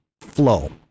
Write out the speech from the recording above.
flow